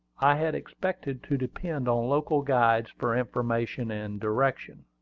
i had expected to depend on local guides for information and direction.